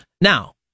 Now